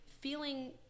feeling